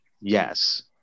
Yes